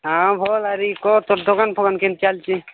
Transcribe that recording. ହଁ ଭଲ କହ ତୋ ଦୋକାନ ଫୋକାନ କେମିତି ଚାଲିଛି